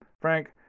Frank